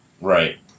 Right